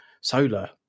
solar